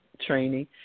training